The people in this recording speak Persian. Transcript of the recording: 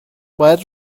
باید